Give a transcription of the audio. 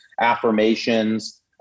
affirmations